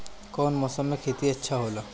कौन मौसम मे खेती अच्छा होला?